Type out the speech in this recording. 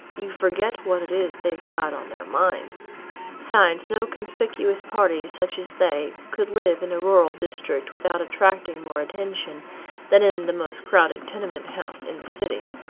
you forget what it is they've got on their minds besides no conspicuous party such as they could live in a rural district without attracting more attention than in the most crowded tenement house in the city.